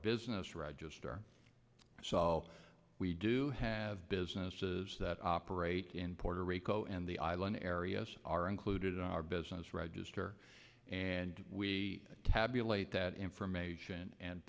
business register so we do have businesses that operate in puerto rico and the island areas are included in our business register and we tabulate that information and